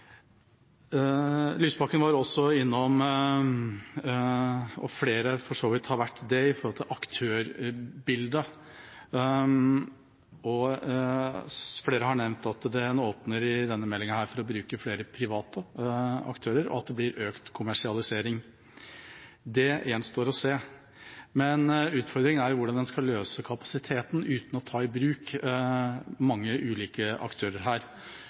Lysbakken var også innom aktørbildet – og det har for så vidt flere vært – og flere har nevnt at det i denne meldinga åpnes opp for å bruke flere private aktører, og at det blir økt kommersialisering. Det gjenstår å se, men utfordringa er hvordan en skal løse dette med kapasitet uten å ta i bruk mange ulike aktører.